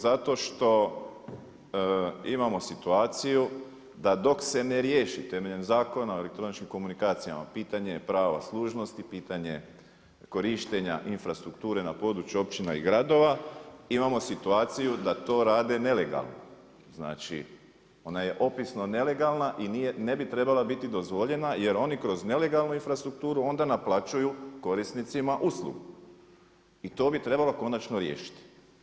Zato što imamo situaciju da dok se ne riješi temeljem Zakona o elektroničkim komunikacijama pitanje prava služnosti, pitanje korištenja infrastrukture na području općina i gradova, imamo situaciju da to rade nelegalno, znači ona je opisno nelegalna i ne bi trebala biti dozvoljena jer oni kroz nelegalnu infrastrukturu onda naplaćuju korisnicima uslugu i to bi trebalo konačno riješiti.